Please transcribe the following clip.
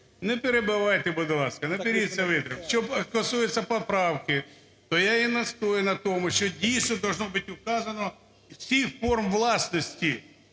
Не перебивайте, будь ласка. Наберіться витримки. Що стосується поправки, то я і настоюю на тому, що, дійсно, должно бути указано всі форми власності.